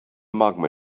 magma